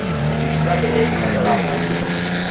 ಮಿಶ್ರಬೆಳೆ ವಿಧಗಳಾವುವು?